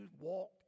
walk